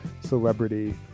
celebrity